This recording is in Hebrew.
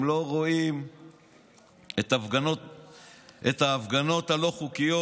הם לא רואים את ההפגנות הלא-חוקיות.